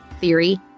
Theory